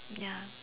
ya